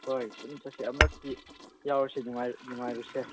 ꯍꯣꯏ ꯄꯨꯟꯅ ꯆꯠꯁꯦ ꯑꯃꯨꯔꯛꯇꯤ ꯌꯥꯎꯔꯨꯁꯦ ꯅꯨꯡꯉꯥꯏ ꯅꯨꯡꯉꯥꯏꯔꯨꯁꯦ